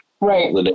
Right